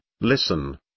listen